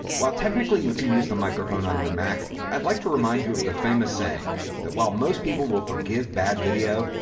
while technically you can use the microphone on your mac. i'd like to remind you of the famous saying that while most people will forgive bad video,